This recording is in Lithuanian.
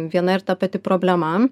viena ir ta pati problema